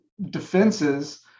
defenses